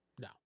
No